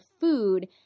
food